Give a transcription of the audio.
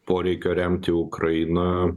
poreikio remti ukrainą